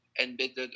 embedded